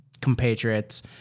compatriots